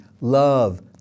love